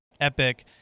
Epic